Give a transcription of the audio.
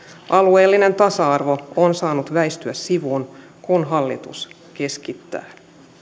alueellinen tasa arvo on saanut väistyä sivuun kun hallitus keskittää